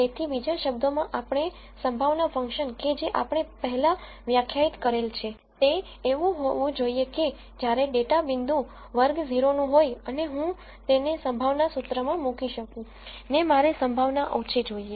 તેથી બીજા શબ્દોમાં આપણે સંભાવના ફંક્શન કે જે આપણે પહેલા વ્યાખ્યાયિત કરેલ છે તે એવું હોવું જોઈએ કે જયારે ડેટા પોઇન્ટ વર્ગ 0 નું હોય અને હું તેને સંભાવના સૂત્રમાં મૂકી શકું ને મારે સંભાવના ઓછી જોઈએ